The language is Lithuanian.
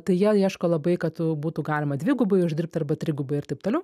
tai jie ieško labai kad būtų galima dvigubai uždirbt arba trigubai ir taip toliau